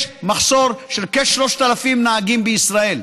יש מחסור של כ-3,000 נהגים בישראל,